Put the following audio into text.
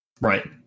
Right